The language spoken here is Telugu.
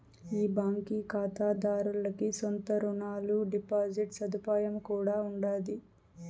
ఈ బాంకీ కాతాదార్లకి సొంత రునాలు, డిపాజిట్ సదుపాయం కూడా ఉండాది